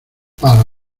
para